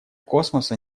космоса